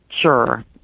sure